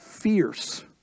fierce